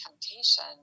temptation